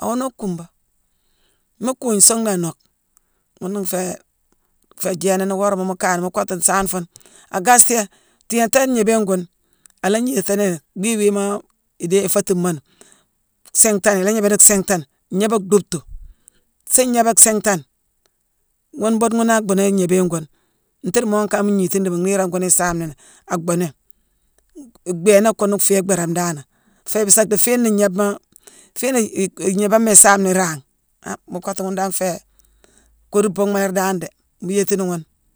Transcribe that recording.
Awoo nocka kuumba. Mii kuugne suungh na nock. Ghuna nféé jééna nii worama mu kayeni mu kottu nsaane fuune agasiiyé. Tiignatone gnéébéne ghune, ala gniitatini ni bhii wiima idéé- ifaatime mooni, siinghtane, ila gnéébé siinghtane déck siintane, gnéébé dhuucktu, nsuu gnéébé siinghtane. Ghune buude ghune a bhuuni gnéébéne ghune, itiidii moo kane mu gniitini dii mu niirane gune isaame nini, aa bhuuni. N-bhééna ghune féé bhéérame daanane. Féébi-saa-dhii fiine ngnéébma-fiine-i-i- gnéébéma isaameni iraagh, han mu kottu ghune dan nféé koodu bhuumma laari dan déé, mu yéétini ghune.